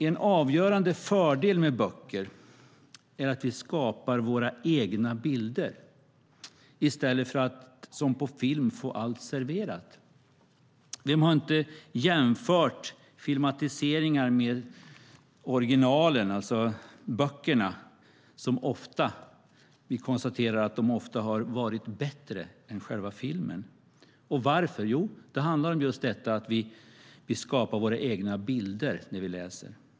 En avgörande fördel med böcker är att vi skapar våra egna bilder i stället för att som på film få allt serverat. Vem har inte jämfört filmatiseringar med originalen, alltså böckerna, som vi ofta konstaterar har varit bättre än filmen? Varför? Jo, det handlar just om att vi skapar våra egna bilder när vi läser.